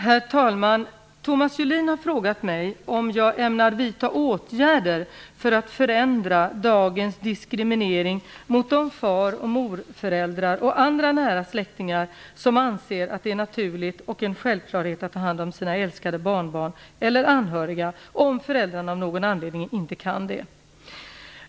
Herr talman! Thomas Julin har frågat mig om jag "ämnar vidta åtgärder för att förändra dagens diskriminering mot de far och morföräldrar och andra nära släktingar som anser att det är naturligt och en självklarhet att ta hand om sina älskade barnbarn eller anhöriga, om föräldrarna av någon anledning inte kan det".